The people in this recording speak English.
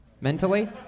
Mentally